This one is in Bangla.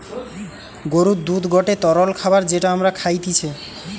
গরুর দুধ গটে তরল খাবার যেটা আমরা খাইতিছে